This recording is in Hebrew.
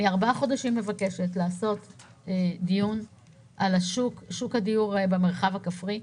אני מבקשת כבר 4 חודשים לקיים דיון על שוק הדיור במרחב הכפרי.